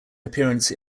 appearance